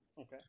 Okay